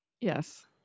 Yes